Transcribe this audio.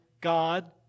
God